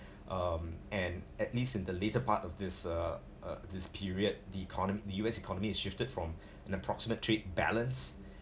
um and at least in the later part of this uh uh this period the economy the U_S economy is shifted from an approximate trade balance